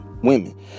women